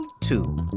two